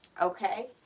okay